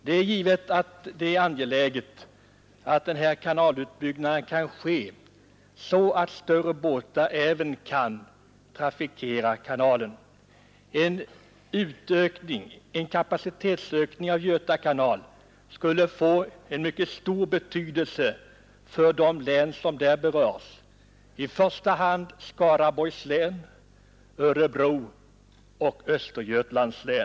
Det är givetvis angeläget att denna kanalutbyggnad kan ske så att även större båtar kan trafikera kanalen. En ökning av Göta kanals kapacitet skulle få mycket stor betydelse för de län som berörs — i första hand Skaraborgs län, Örebro län och Östergötlands län.